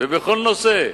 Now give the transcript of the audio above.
ובכל נושא.